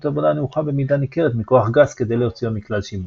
עבודה נמוכה במידה ניכרת מכוח גס כדי להוציאו מכלל שימוש.